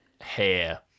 hair